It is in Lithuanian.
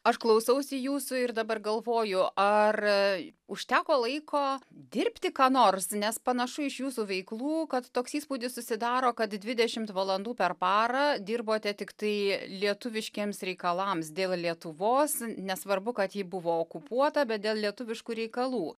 aš klausausi jūsų ir dabar galvoju ar užteko laiko dirbti ką nors nes panašu iš jūsų veiklų kad toks įspūdis susidaro kad dvidešimt valandų per parą dirbate tiktai lietuviškiems reikalams dėl lietuvos nesvarbu kad ji buvo okupuota bet dėl lietuviškų reikalų